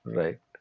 right